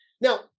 Now